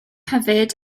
hefyd